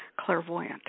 clairvoyant